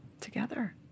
together